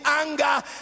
anger